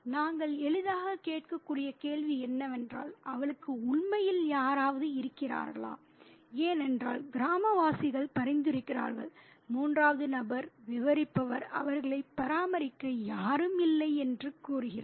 நாங்கள் எளிதாகக் கேட்கக்கூடிய கேள்வி என்னவென்றால் அவளுக்கு உண்மையில் யாராவது இருக்கிறார்களா ஏனென்றால் கிராமவாசிகள் பரிந்துரைக்கிறார்கள் மூன்றாவது நபர் விவரிப்பவர் அவர்களைப் பராமரிக்க யாரும் இல்லை என்று கூறுகிறார்